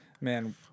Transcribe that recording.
Man